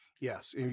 Yes